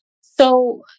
So-